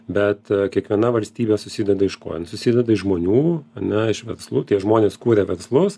bet kiekviena valstybė susideda iš ko jin susideda iš žmonių ane iš verslų tie žmonės kuria verslus